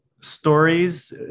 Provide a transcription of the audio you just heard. stories